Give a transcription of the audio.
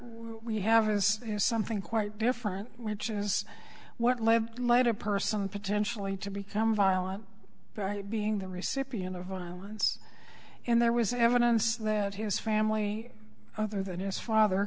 we have is something quite different which is what life might a person potentially to become violent being the recipient of violence and there was evidence that his family other than his father